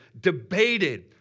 debated